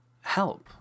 help